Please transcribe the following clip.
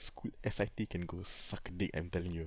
school S_I_T can go suck dick I'm telling you